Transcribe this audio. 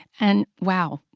and wow,